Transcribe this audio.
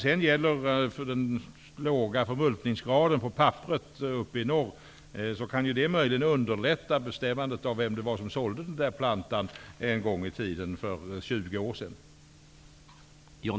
Den låga förmultingsgraden på papperet i norr kan möjligen underlätta bestämmandet av vem som sålde plantan en gång i tiden för 20 år sedan.